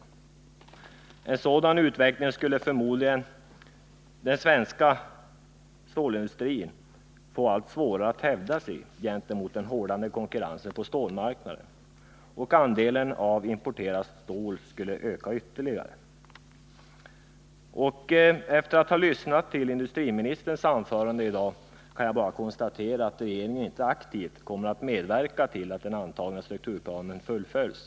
I en sådan utveckling skulle förmodligen den svenska stålindustrin få allt svårare att hävda sig gentemot den allt hårdare konkurrensen på stålmarknaden, och andelen av importerat stål skulle öka ytterligare. Efter att ha lyssnat till industriministerns anförande i dag kan jag bara konstatera, att regeringen inte aktivt kommer att medverka till att den antagna strukturplanen fullföljs.